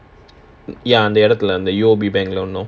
ya அந்த இடத்து ல:antha edathu la the U_O_B bank இன்னும்:innum